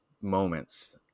moments